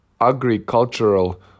agricultural